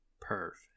perfect